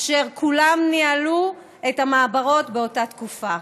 אשר כולם ניהלו את המעברות באותה תקופה.